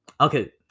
Okay